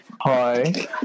Hi